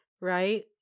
right